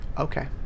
okay